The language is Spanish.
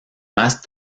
más